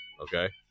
okay